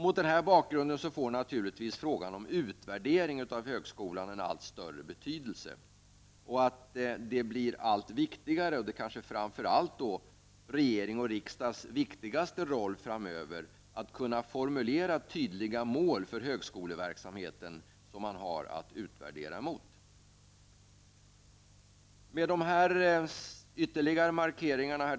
Mot den här bakgrunden får naturligtvis frågan om utvärdering av högskolan en allt större betydelse. Regeringens och riksdagens viktigaste roll framöver blir kanske att kunna formulera tydliga mål för högskoleverksamheten som resultaten kan utvärderas mot. Herr talman! Jag har velat göra dessa ytterligare markeringar.